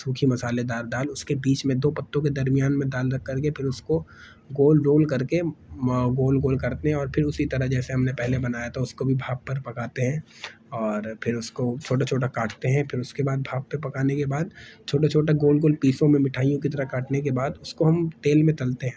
سوکھے مسالے دار دال اس کے بیچ میں دو پتوں کے درمیان میں دال رکھ کر کے پھر اس کو گول رول کر کے گول گول کرتے ہیں اور پھر اسی طرح جیسے ہم نے پہلے بنایا تھا اس کو بھی بھاپ پر پکاتے ہیں اور پھر اس کو چھوٹا چھوٹا کاٹتے ہیں پھر اس کے بعد بھاپ پہ پکانے کے بعد چھوٹا چھوٹا گول گول پیسوں میں مٹھائیوں کی طرح کاٹنے کے بعد اس کو ہم تیل میں تلتے ہیں